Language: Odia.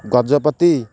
ଗଜପତି